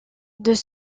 deux